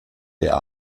der